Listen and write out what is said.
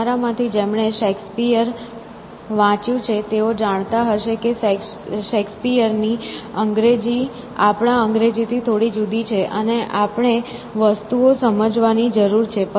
તમારામાંના જેમણે શેક્સપિયર વાંચ્યું છે તેઓ જાણતા હશે કે શેક્સપિયર ની અંગ્રેજી આપણા અંગ્રેજીથી થોડી જુદી છે અને આપણે વસ્તુઓ સમજવાની જરૂર છે